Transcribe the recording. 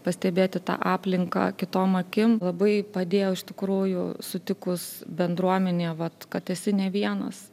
pastebėti tą aplinką kitom akim labai padėjo iš tikrųjų sutikus bendruomenėje vat kad esi ne vienas